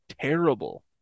Terrible